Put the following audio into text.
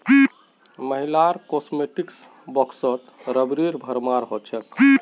महिलार कॉस्मेटिक्स बॉक्सत रबरेर भरमार हो छेक